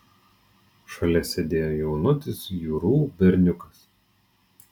šalia sėdėjo jaunutis jurų berniukas